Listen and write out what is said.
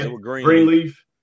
Greenleaf